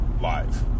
live